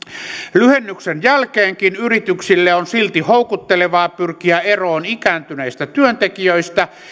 lyhennyksen jälkeenkin yrityksille on silti houkuttelevaa pyrkiä eroon ikääntyneistä työntekijöistä